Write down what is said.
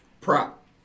Prop